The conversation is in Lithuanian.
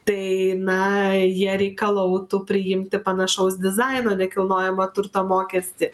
tai na jie reikalautų priimti panašaus dizaino nekilnojamo turto mokestį